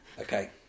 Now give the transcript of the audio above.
Okay